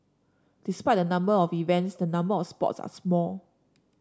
despite the number of events the number of sports are small